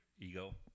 ego